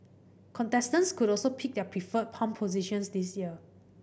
contestants could also pick their preferred palm positions this year